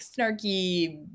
snarky